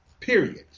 period